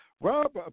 Rob